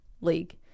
league